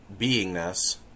beingness